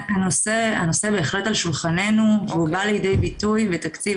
הנושא בהחלט על שולחננו והוא בא לידי ביטוי בתקציב